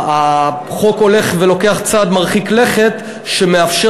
החוק הולך ולוקח צעד מרחיק לכת שמאפשר